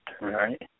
right